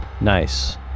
Nice